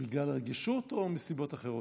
בגלל הרגישות או מסיבות אחרות?